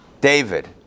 David